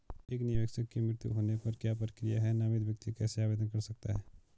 एक निवेशक के मृत्यु होने पर क्या प्रक्रिया है नामित व्यक्ति कैसे आवेदन कर सकता है?